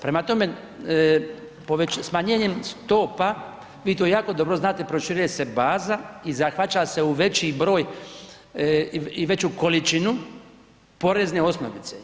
Prema tome, smanjenjem stopa, vi to jako dobro znate proširuje se baza i zahvaća se u veći broj i veću količinu porezne osnovice.